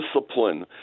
discipline